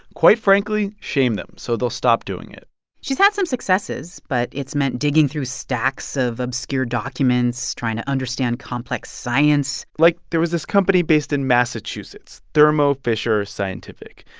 quite frankly, shame them so they'll stop doing it she's had some successes, but it's meant digging through stacks of obscure documents trying to understand complex science like, there was this company based in massachusetts, thermo fisher scientific.